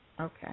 Okay